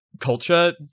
culture